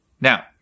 Now